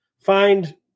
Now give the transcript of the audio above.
find